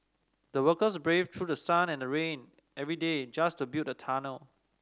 the workers braved through the sun and rain every day just to build the tunnel